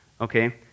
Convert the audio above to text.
Okay